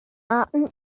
arten